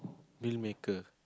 will maker